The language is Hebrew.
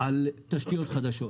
על תשתיות חדשות.